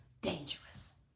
dangerous